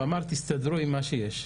הוא אמר תסדרו עם מה שיש.